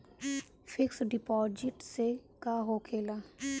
Fix deposit से का होखे ला?